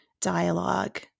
dialogue